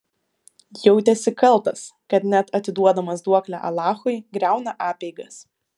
jautėsi kaltas kad net atiduodamas duoklę alachui griauna apeigas